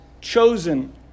chosen